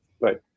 Right